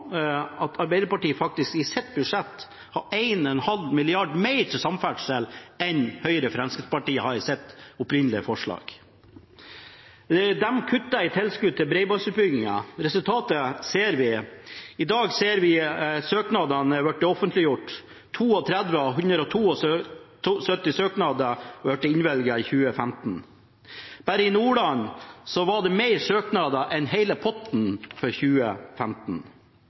at Arbeiderpartiet i sitt budsjett faktisk hadde 1,5 mrd. kr mer til samferdsel enn Høyre og Fremskrittspartiet hadde i sitt opprinnelige forslag. De kuttet i tilskudd til bredbåndsutbyggingen. Resultatet ser vi nå. I dag ble søknadene offentliggjort. 32 av 172 søknader ble innvilget i 2015. Bare i Nordland var det flere søknader enn hele potten for 2015.